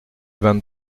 vingt